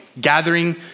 Gathering